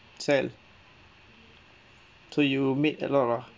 sell so you made a lot lor